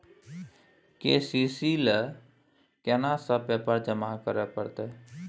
KCC ल केना सब पेपर जमा करै परतै?